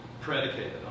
predicated